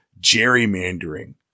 gerrymandering